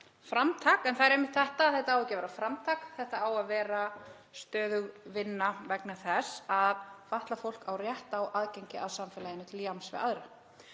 framtak. En það er einmitt þetta, þetta á ekki að vera framtak. Þetta á að vera stöðug vinna vegna þess að fatlað fólk á rétt á aðgengi að samfélaginu til jafns við aðra.